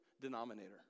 denominator